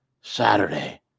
Saturday